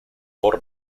por